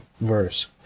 verse